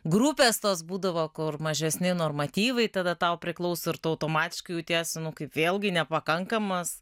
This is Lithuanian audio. grupės tos būdavo kur mažesni normatyvai tada tau priklauso ir tu automatiškai jautiesi nu kaip vėlgi nepakankamas